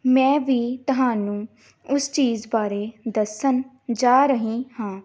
ਮੈਂ ਵੀ ਤੁਹਾਨੂੰ ਉਸ ਚੀਜ਼ ਬਾਰੇ ਦੱਸਣ ਜਾ ਰਹੀ ਹਾਂ